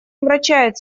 омрачает